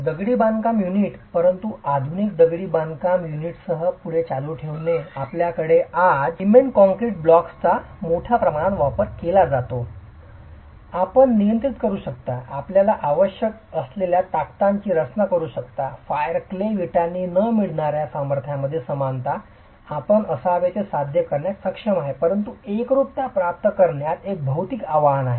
दगडी बांधकाम युनिट परंतु आधुनिक दगडी बांधकाम युनिट्ससह पुढे चालू ठेवणे आपल्याकडे आज सिमेंट काँक्रीट ब्लॉक्सचा मोठ्या प्रमाणात वापर केला जात आहे आपण नियंत्रित करू शकता आपल्याला आवश्यक असलेल्या ताकदांची रचना करू शकता फायर क्ले विटांनी न मिळणा या सामर्थ्यामध्ये समानता आपण असावे ते साध्य करण्यात सक्षम आहे परंतु एकरूपता प्राप्त करण्यात एक भौतिक आव्हान आहे